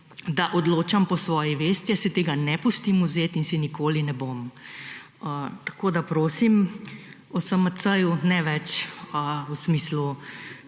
da odločam po svoji vesti, jaz si tega ne pustim vzeti in si nikoli ne bom. Tako da prosim, o SMC-ju ne več v smislu